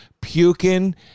puking